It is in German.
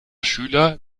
schüler